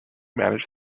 manage